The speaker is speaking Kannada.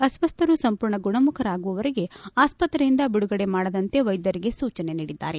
ಅಸ್ವಸ್ಥರು ಸಂಪೂರ್ಣ ಗುಣಮುಖರಾಗುವವರೆಗೆ ಆಸ್ಪತ್ರೆಯಿಂದ ಬಿಡುಗಡೆ ಮಾಡದಂತೆ ವೈದ್ಯರಿಗೆ ಸೂಚನೆ ನೀಡಿದ್ದಾರೆ